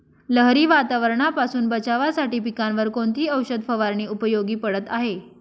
लहरी वातावरणापासून बचावासाठी पिकांवर कोणती औषध फवारणी उपयोगी पडत आहे?